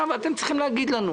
אתם צריכים להגיד לנו: